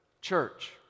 church